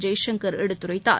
ஜெய்சங்கள் எடுத்தரைத்தார்